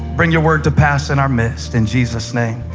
bring your word to pass in our midst. in jesus' name,